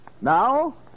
Now